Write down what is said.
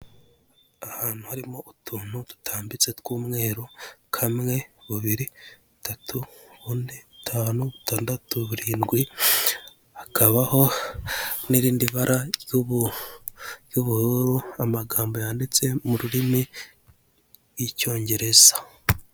Ahantu harimo utuntu dutambitse tw'umweru, kamwe, bubiri, butatu, bune, butanu, butandatu, burindwi, hakabaho n'irindi bara ry'ubururu, amagambo yanditse mu rurimi rw'Icyongereza.